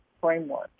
framework